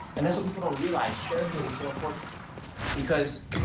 and that's what people don't realize. sharing it is so important because,